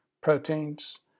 proteins